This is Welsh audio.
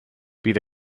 bydd